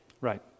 Right